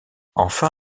enfin